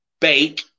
bake